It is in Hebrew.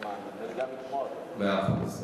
מאה אחוז,